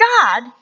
God